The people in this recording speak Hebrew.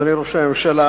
אדוני ראש הממשלה,